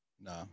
No